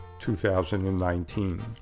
2019